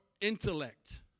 intellect